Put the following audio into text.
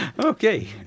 Okay